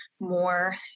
more